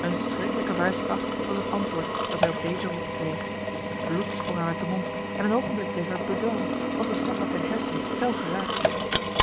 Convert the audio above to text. een schriklijke vuistslag was het antwoord dat hij op deze roep kreeg bloed sprong hem uit de mond en een ogenblik bleef hij bedwelmd want de slag had zijn hersens fel geraakt